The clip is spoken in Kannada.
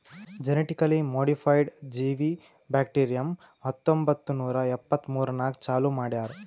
ಜೆನೆಟಿಕಲಿ ಮೋಡಿಫೈಡ್ ಜೀವಿ ಬ್ಯಾಕ್ಟೀರಿಯಂ ಹತ್ತೊಂಬತ್ತು ನೂರಾ ಎಪ್ಪತ್ಮೂರನಾಗ್ ಚಾಲೂ ಮಾಡ್ಯಾರ್